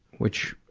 which,